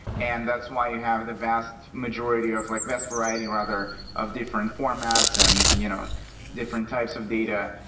and that's why you have the vast majority of like vast variety rather of different formats and you know different types of data,